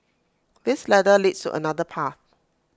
this ladder leads to another path